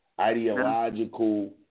ideological